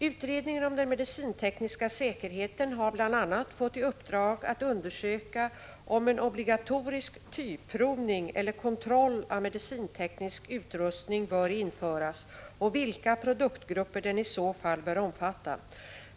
Utredningen om den medicintekniska säkerheten har bl.a. fått i uppdrag att undersöka om en obligatorisk typprovning eller kontroll av medicinteknisk utrustning bör införas och vilka produktgrupper den i så fall bör omfatta.